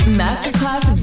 masterclass